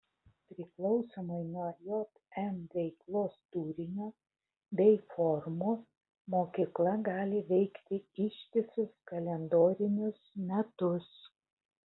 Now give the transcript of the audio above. priklausomai nuo jm veiklos turinio bei formų mokykla gali veikti ištisus kalendorinius metus